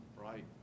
Right